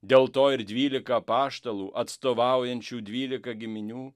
dėl to ir dvylika apaštalų atstovaujančių dvylika giminių